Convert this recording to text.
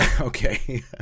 Okay